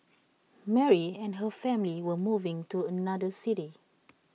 Mary and her family were moving to another city